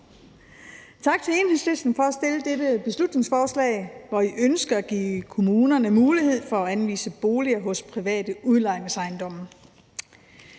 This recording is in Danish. Tak til Enhedslisten for at have fremsat dette beslutningsforslag, hvor I ønsker at give kommunerne mulighed for at anvise boliger i private udlejningsejendomme.